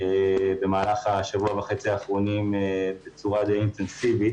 בשבוע וחצי האחרונים בצורה די אינטנסיבית.